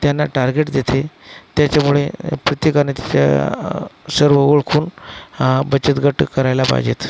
त्यांना टार्गेट देते त्याच्यामुळे प्रत्येकानेच सर्व ओळखून बचत गट करायला पाहिजेत